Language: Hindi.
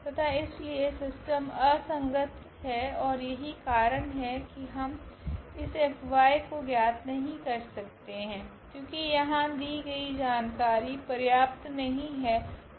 तथा इसलिए सिस्टम असंगत है ओर यही कारण है कि हम इस F को ज्ञात नहीं कर सकते है क्योकि यहाँ दी गई जानकारी पर्याप्त नहीं है